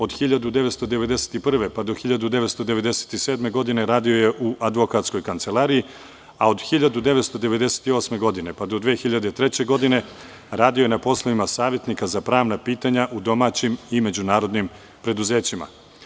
Od 1991. do 1997. godine radio je advokatskoj kancelariji, a od 1998. do 2003. godine radio je na poslovima savetnika za pravna pitanja u domaćim i međunarodnim preduzećima.